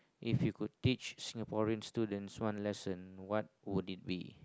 if you could teach Singaporean students' one lesson what would it be